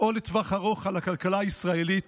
או לטווח ארוך על הכלכלה הישראלית,